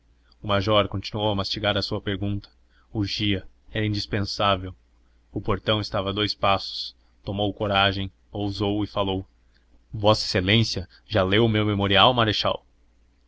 luar o major continuou a mastigar a sua pergunta urgia era indispensável o portão estava a dous passos tomou coragem ousou e falou vossa excelência já leu o meu memorial marechal